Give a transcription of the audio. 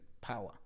power